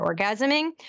orgasming